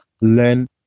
learn